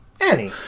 Annie